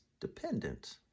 dependent